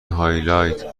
هایلایت